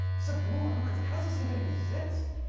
this blew my mind. how does this even exist?